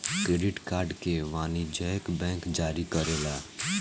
credit card के वाणिजयक bank जारी करेला